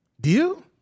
Deal